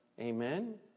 Amen